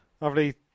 Lovely